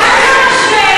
מירי שומעת?